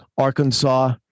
Arkansas